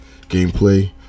gameplay